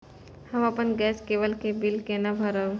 हम अपन गैस केवल के बिल केना भरब?